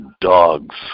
dogs